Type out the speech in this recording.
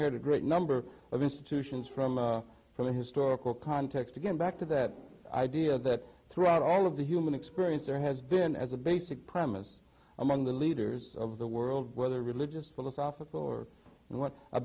d great number of institutions from from the historical context to get back to that idea that throughout all of the human experience there has been as a basic premise among the leaders of the world whether religious philosophical or and what a